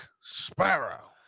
Sparrow